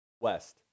West